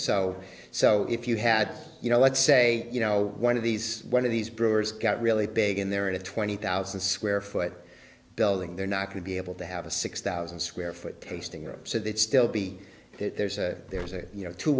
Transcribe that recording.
so so if you had you know let's say you know one of these one of these brewers got really big and they're in a twenty thousand square foot building they're not going to be able to have a six thousand square foot tasting room so they'd still be that there's a there's a you know two